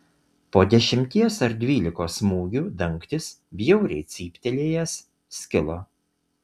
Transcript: po dešimties ar dvylikos smūgių dangtis bjauriai cyptelėjęs skilo